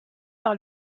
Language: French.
par